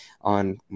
on